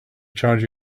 charge